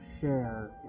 share